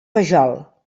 vajol